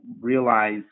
realize